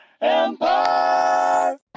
Empire